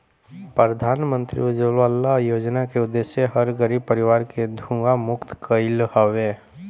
प्रधानमंत्री उज्ज्वला योजना के उद्देश्य हर गरीब परिवार के धुंआ मुक्त कईल हवे